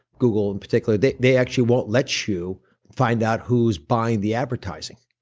google in particular, they they actually won't let you find out who's buying the advertising.